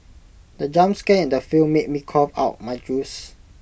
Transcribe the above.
the jump scare in the film made me cough out my juice